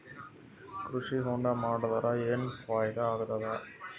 ಕೃಷಿ ಹೊಂಡಾ ಮಾಡದರ ಏನ್ ಫಾಯಿದಾ ಆಗತದ?